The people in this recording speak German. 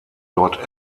dort